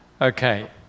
Okay